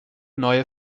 neue